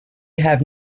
have